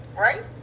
Right